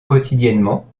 quotidiennement